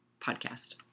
podcast